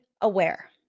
aware